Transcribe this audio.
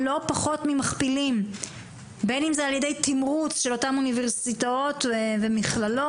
לא פחות ממכפילים בין אם זה ע"י תמרוץ של אותן אוניברסיטאות ומכללות,